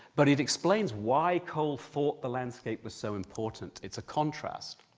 but it explains why cole thought the landscape was so important. it's a contrast.